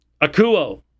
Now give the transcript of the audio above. Akuo